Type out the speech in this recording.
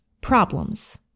problems